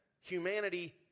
humanity